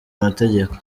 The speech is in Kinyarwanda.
amategeko